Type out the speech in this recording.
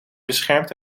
beschermd